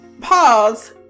Pause